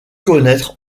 connaître